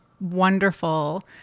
wonderful